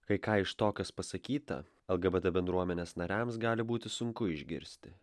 kai ką iš to kas pasakyta lgbt bendruomenės nariams gali būti sunku išgirsti